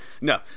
No